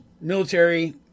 military